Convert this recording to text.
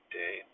day